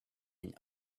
and